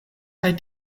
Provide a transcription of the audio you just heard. kaj